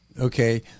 Okay